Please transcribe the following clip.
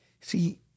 See